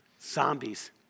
Zombies